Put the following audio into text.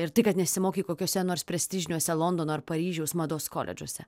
ir tai kad nesimokei kokiuose nors prestižiniuose londono ar paryžiaus mados koledžuose